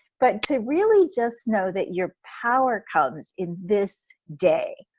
but to really just know that your power comes in this day.